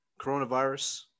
coronavirus